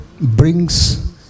brings